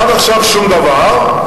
עד עכשיו, שום דבר.